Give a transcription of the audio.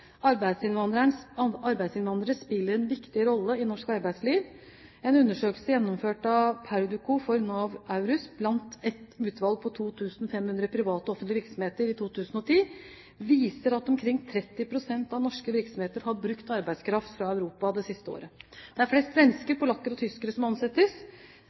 Arbeidsinnvandrere spiller en viktig rolle i norsk arbeidsliv. En undersøkelse gjennomført av Perduco for NAV EURES blant et utvalg på 2 500 private og offentlige virksomheter i 2010 viser at omkring 30 pst. av norske virksomheter har brukt arbeidskraft fra Europa det siste året. Det er flest svensker, polakker og tyskere som ansettes.